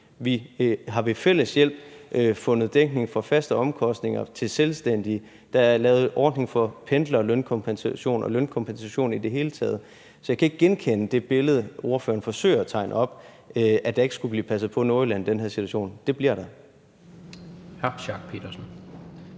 vi har ved fælles hjælp fundet dækning for faste omkostninger til selvstændige, og der er lavet en ordning for pendlerlønkompensation og lønkompensation i det hele taget. Så jeg kan ikke genkende det billede, som ordføreren forsøger at tegne op, af, at der ikke skulle blive passet på Nordjylland i den her situation. For det bliver der.